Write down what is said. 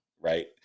right